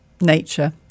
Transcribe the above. nature